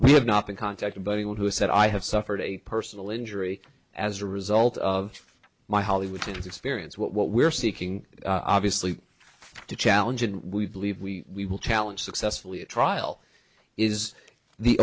we have not been contacted by anyone who said i have suffered a personal injury as a result of my hollywood since experience what we're seeking obviously to challenge and we believe we will challenge successfully a trial is the